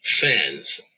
fans